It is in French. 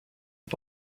ont